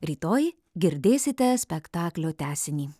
rytoj girdėsite spektaklio tęsinį